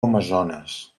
amazones